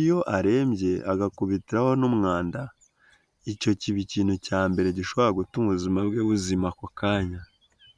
iyo arembye agakubitiraho n'umwanda, icyo kiba ikintu cya mbere gishobora gutuma ubuzima bwe buzima ako kanya.